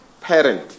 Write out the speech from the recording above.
parent